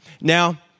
Now